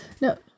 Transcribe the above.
No